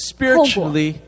Spiritually